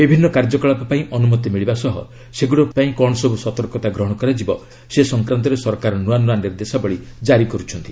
ବିଭିନ୍ନ କାର୍ଯ୍ୟକଳାପ ପାଇଁ ଅନୁମତି ମିଳିବା ସହ ସେଗୁଡ଼ିକ ପାଇଁ କ'ଣ ସବୁ ସତର୍କତା ଗ୍ରହଣ କରାଯିବ ସେ ସଂକ୍ରାନ୍ତରେ ସରକାର ନୂଆ ନୂଆ ନିର୍ଦ୍ଦେଶାବଳୀ ଜାରି କରୁଛନ୍ତି